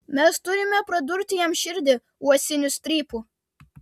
mes turime pradurti jam širdį uosiniu strypu